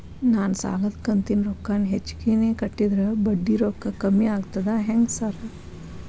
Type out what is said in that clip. ನಾನ್ ಸಾಲದ ಕಂತಿನ ರೊಕ್ಕಾನ ಹೆಚ್ಚಿಗೆನೇ ಕಟ್ಟಿದ್ರ ಬಡ್ಡಿ ರೊಕ್ಕಾ ಕಮ್ಮಿ ಆಗ್ತದಾ ಹೆಂಗ್ ಸಾರ್?